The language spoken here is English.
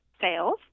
sales